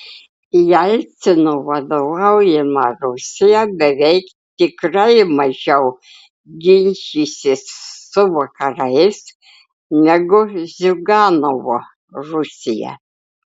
jelcino vadovaujama rusija beveik tikrai mažiau ginčysis su vakarais negu ziuganovo rusija